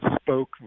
spoke